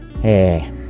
Hey